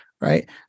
right